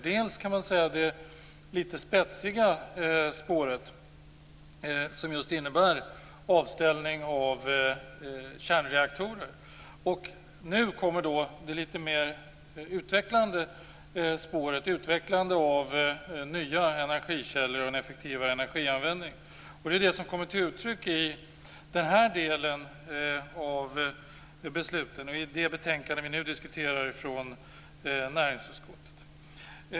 Det handlar om det litet spetsiga spåret som innebär en omställning av kärnreaktorer. Det handlar också om det litet mer utvecklande spåret, nämligen utvecklingen av nya energikällor och en effektivare energianvändning. Det är det som kommer till uttryck i det betänkande från näringsutskottet som vi nu diskuterar.